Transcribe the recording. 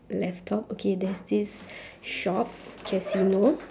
left top okay there's this shop casino